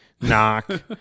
knock